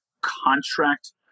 contract